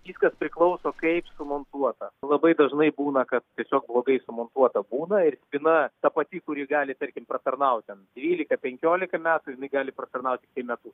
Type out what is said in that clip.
viskas priklauso kaip sumontuota labai dažnai būna kad tiesiog blogai sumontuota būna ir spyna ta pati kuri gali tarkim pratarnaut ten dvylika penkiolika metų jinai gali pratarnaut tiktai metu